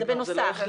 זה בנוסף.